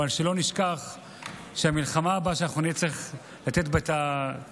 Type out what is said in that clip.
אבל שלא נשכח שהמלחמה הבאה שאנחנו נצטרך לתת בה את התשובות,